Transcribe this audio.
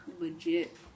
legit